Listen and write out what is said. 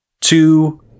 two